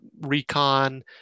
recon